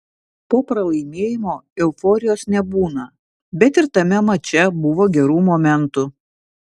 po pralaimėjimo euforijos nebūna bet ir tame mače buvo gerų momentų